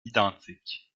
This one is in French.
identiques